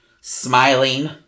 smiling